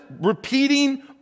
repeating